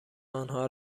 آنها